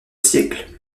siècle